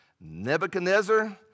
Nebuchadnezzar